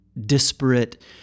disparate